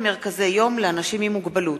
(פטור למרכזי יום לאנשים עם מוגבלות),